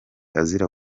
azira